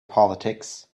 politics